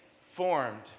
formed